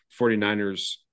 49ers